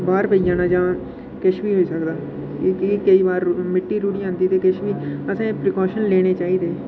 बाह्र पेई जाना जां किश बी होई सकदा क्योंकि केईं बार मिट्टी रुढ़ी जंदी ते किश बी असें प्रिकाशन लैने चाहिदे